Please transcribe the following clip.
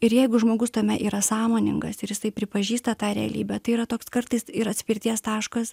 ir jeigu žmogus tame yra sąmoningas ir jisai pripažįsta tą realybę tai yra toks kartais ir atspirties taškas